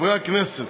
חברי הכנסת,